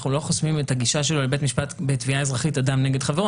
אנחנו לא חוסמים את הגישה שלו לבית משפט בתביעה אזרחית אדם נגד חברו,